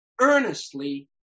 earnestly